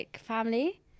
family